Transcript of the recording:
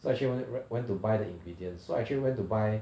so I actually went we~ went to buy the ingredient so I actually went to buy